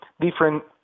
different